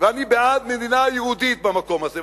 ואני בעד מדינה יהודית במקום הזה,